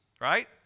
right